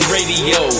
Radio